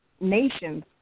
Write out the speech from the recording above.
nations